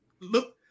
look